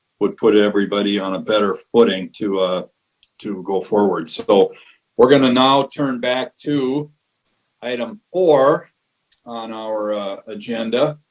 would put everybody on a better footing to ah to go forward. so we're going to now turn back to item four on our agenda,